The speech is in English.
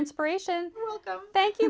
inspiration thank you